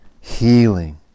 healing